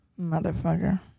Motherfucker